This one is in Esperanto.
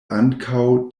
ankaŭ